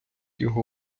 його